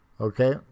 Okay